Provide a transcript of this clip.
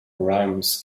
rhymes